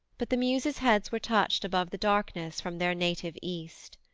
but the muses' heads were touched above the darkness from their native east.